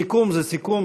סיכום זה סיכום.